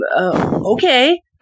okay